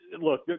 Look